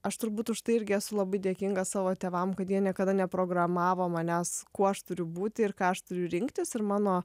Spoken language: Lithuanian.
aš turbūt už tai irgi esu labai dėkinga savo tėvam kad jie niekada neprogramavo manęs kuo aš turiu būti ir ką aš turiu rinktis ir mano